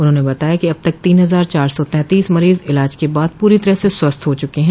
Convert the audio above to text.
उन्होंने बताया कि अब तक तीन हजार चार सौ तैतीस मरीज इलाज के बाद पूरी तरह से स्वस्थ हो चुके हैं